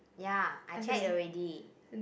ya I check already